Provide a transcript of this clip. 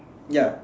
ya